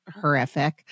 horrific